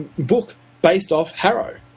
book based off haro.